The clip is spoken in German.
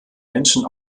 menschen